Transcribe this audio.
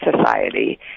society